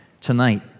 tonight